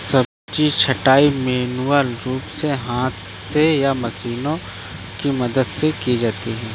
सब्जी छँटाई मैन्युअल रूप से हाथ से या मशीनों की मदद से की जाती है